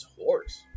horse